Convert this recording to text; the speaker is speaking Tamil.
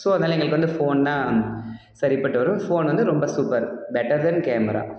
ஸோ அதனால் எங்களுக்கு வந்து ஃபோன் தான் சரிப்பட்டு வரும் ஃபோன் வந்து ரொம்ப சூப்பர் பெட்டர் தென் கேமரா